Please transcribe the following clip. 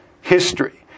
history